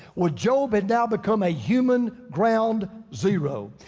well job had now become a human ground zero.